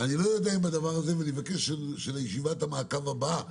אני לא יודע מה אם הדבר הזה ואני מבקש שלישיבת המעקב הבאה,